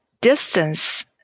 distance